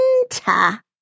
winter